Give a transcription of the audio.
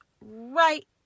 right